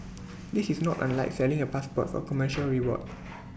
this is not unlike selling A passport for commercial reward